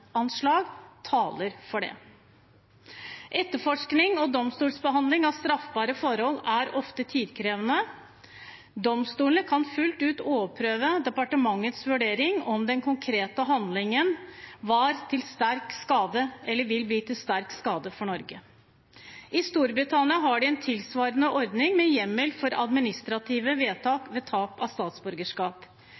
terroranslag taler for det. Etterforskning og domstolsbehandling av straffbare forhold er ofte tidkrevende. Domstolene kan fullt ut overprøve departementets vurdering av om den konkrete handlingen var til sterk skade eller vil bli til sterk skade for Norge. I Storbritannia har de en tilsvarende ordning med hjemmel for administrative vedtak